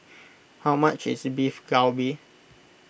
how much is Beef Galbi